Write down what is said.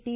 T